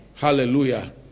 Hallelujah